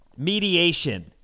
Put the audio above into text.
Mediation